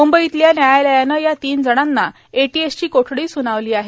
मुंबईतल्या न्यायालयानं या तीन जणांना एटीएसची कोठडी सुनावली आहे